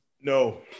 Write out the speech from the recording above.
No